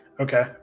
okay